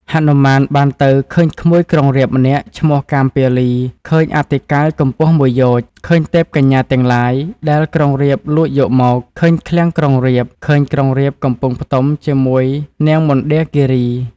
ហនុមានបានទៅឃើញក្មួយក្រុងរាពណ៍ម្នាក់ ឈ្មោះ កាមពាលី ឃើញអតិកាយកម្ពស់មួយយោជន៍ ឃើញទេពកញ្ញាទាំងឡាយ ដែលក្រុងរាពណ៌លួចយកមក ឃើញឃ្លាំងក្រុងរាពណ៍ ឃើញក្រុងរាពណ៍កំពុងផ្ទុំជាមួយនាងមណ្ឌាគីរី។